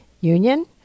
union